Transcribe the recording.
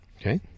Okay